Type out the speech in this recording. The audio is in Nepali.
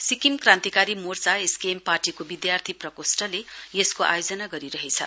सिक्किम क्रान्तीकारी मोर्चाएसकेएम पार्टीको विद्यार्थी प्रकोस्टले यसको आयोजना गरिरहेछ